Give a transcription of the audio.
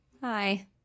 Hi